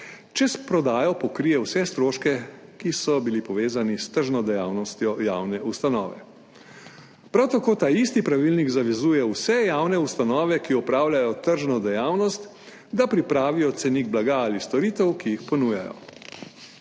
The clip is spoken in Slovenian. če s prodajo pokrije vse stroške, ki so bili povezani s tržno dejavnostjo javne ustanove. Prav tako ta isti pravilnik zavezuje vse javne ustanove, ki opravljajo tržno dejavnost, da pripravijo cenik blaga ali storitev, ki jih ponujajo.